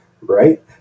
right